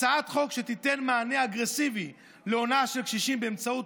הצעת החוק תיתן מענה אגרסיבי להונאה של קשישים באמצעות